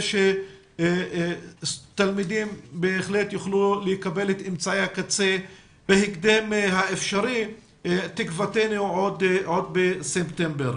שהתלמידים יוכלו לקבל את אמצעי הקצה בהקדם האפשרי עוד בספטמבר.